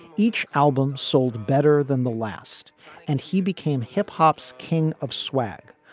each albums sold better than the last and he became hip-hop's king of swag.